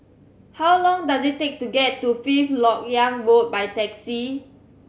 how long does it take to get to Fifth Lok Yang Road by taxi